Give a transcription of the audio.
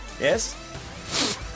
Yes